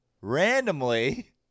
randomly